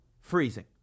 freezing